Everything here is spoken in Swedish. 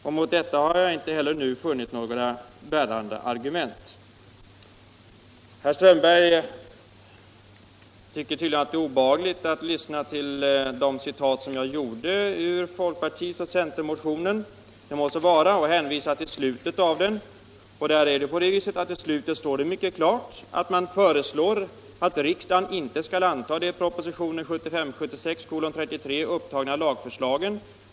För detta förslag har jag inte heller nu funnit några bärande argument. Herr Strömberg tyckte tydligen att det var obehagligt att lyssna till mina citat ur folkpartioch centermotionen — må så vara — och hänvisade till slutet av den. Där står dock mycket klart att man föreslår att riksdagen inte skall anta de i propositionen 1975/76:33 upptagna lagförslagen.